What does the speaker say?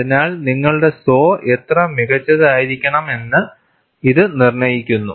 അതിനാൽ നിങ്ങളുടെ സോ എത്ര മികച്ചതായിരിക്കണമെന്ന് ഇത് നിർണ്ണയിക്കുന്നു